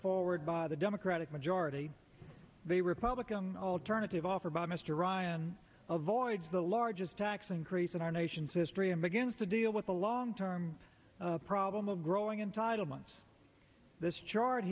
forward by the democratic majority the republican alternative offered by mr ryan avoids the largest tax increase in our nation's history and begins to deal with the long term problem of growing entitlements this char